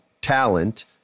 talent